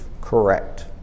correct